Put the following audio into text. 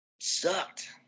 sucked